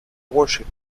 worship